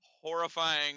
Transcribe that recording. horrifying